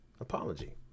apology